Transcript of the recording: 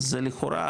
אז לכאורה,